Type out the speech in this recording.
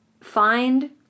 find